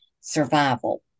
survival